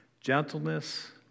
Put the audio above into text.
gentleness